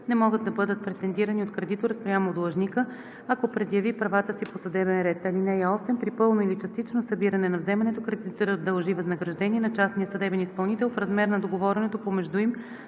не могат да бъдат претендирани от кредитора спрямо длъжника, ако предяви правата си по съдебен ред. (8) При пълно или частично събиране на вземането кредиторът дължи възнаграждение на частния съдебен изпълнител в размер на договореното помежду им,